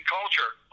culture